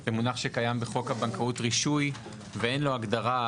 זה מונח שקיים בחוק הבנקאות רישוי ואין לו הגדרה,